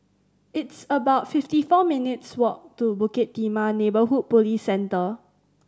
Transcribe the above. it's about fifty four minutes' walk to Bukit Timah Neighbourhood Police Center